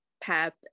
pep